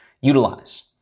utilize